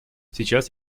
сейчас